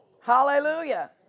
Hallelujah